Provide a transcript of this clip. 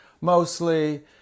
Mostly